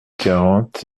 quarante